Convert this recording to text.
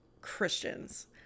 christians